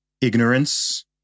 ignorance